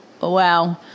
wow